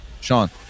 Sean